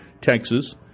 Texas